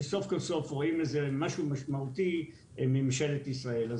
שסוף-סוף רואים משהו משמעותי מממשלת ישראל.